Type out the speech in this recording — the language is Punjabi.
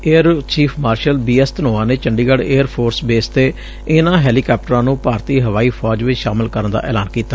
air chief marshal BS Dhanoa ਨੇ ਚੰਡੀਗੜ ਏਅਰ ਫੋਰਸ ਬੇਸ ਤੇ ਇਨੂਾਂ ਹੈਲੀਕਾਪਟਰਾਂ ਨੂੰ ਭਾਰਤੀ ਹਵਾਈ ਫੌਜ ਵਿਚ ਸ਼ਾਮਲ ਕਰਨ ਦਾ ਐਲਾਨ ਕੀਤਾ